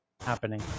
happening